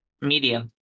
medium